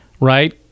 right